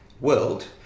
world